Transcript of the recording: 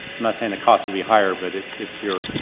not saying the cost will be higher but it's it's your,